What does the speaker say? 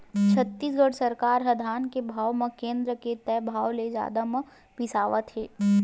छत्तीसगढ़ सरकार ह धान के भाव ल केन्द्र के तय भाव ले जादा म बिसावत हे